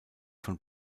von